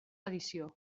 edició